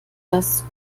das